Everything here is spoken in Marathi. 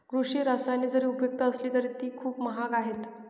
कृषी रसायने जरी उपयुक्त असली तरी ती खूप महाग आहेत